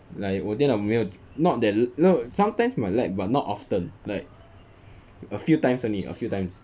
like 我电脑没有 not that no sometimes might lag but not often like a few times only a few times